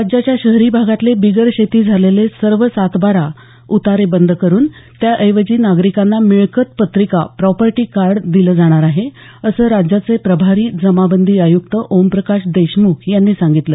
राज्याच्या शहरी भागातले बिगरशेती झालेले सर्व सात बारा उतारे बंद करुन त्याऐवजी नागरिकांना मिळकत पत्रिका प्रॉपर्टी कार्ड दिलं जाणार आहे असं राज्याचे प्रभारी जमाबंदी आय्क्त ओमप्रकाश देशमुख यांनी सांगितलं